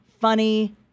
funny